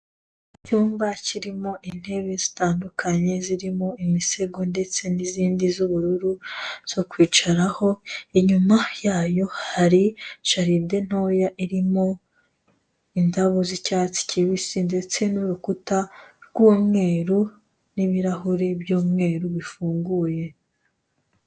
Icyumba kirimo intebe zitandukanye zirimo imisego ndetse n'izindi z'ubururu zo kwicaraho, inyuma yayo hari jaride ntoya irimo indabo z'icyatsi kibisi ndetse n'urukuta rw'umweru, n'ibirahure by'umweru bifunguye.